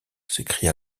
s’écria